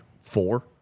four